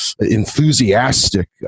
enthusiastic